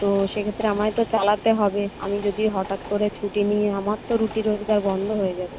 তো সেক্ষেত্রে আমায় তো চালাতে হবে আমি যদি হঠাৎ করে ছুটি নিই আমার তো রুটি রোজগার বন্ধ হয়ে যাবে